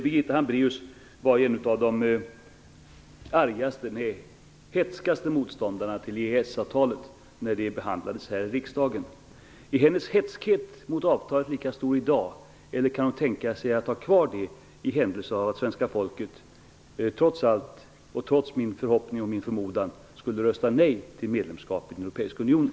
Birgitta Hambraeus var en av de argaste och hätskaste motståndarna till EES-avtalet när det behandlades här i riksdagen. Är hennes hätskhet mot avtalet lika stor i dag eller kan hon tänka sig att ha kvar det, i händelse av att svenska folket, trots min förhoppning och min förmodan, skulle rösta nej till ett medlemskap i den europeiska unionen?